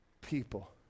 people